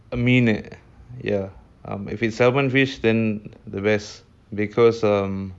I mean it ya if it's salmon fish then it's the best because ah